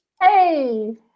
Hey